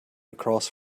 across